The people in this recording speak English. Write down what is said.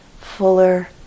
fuller